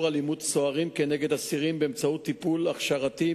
אלימות סוהרים נגד אסירים באמצעות טיפול הכשרתי,